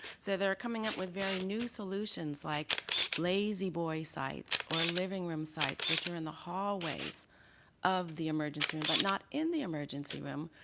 so they're coming up with very new solutions like lazy boy sites or living room sites which are in the hallways of the emergency room but not in the emergency room,